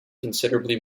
considerably